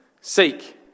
Seek